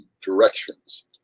directions